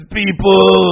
people